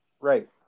Right